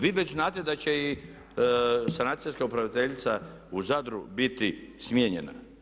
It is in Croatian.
Vi već znate da će i sanacijska upraviteljica u Zadru biti smijenjena.